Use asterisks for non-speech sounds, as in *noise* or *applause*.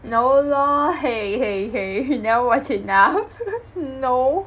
no lor !hey! !hey! !hey! you never watch enough *laughs* no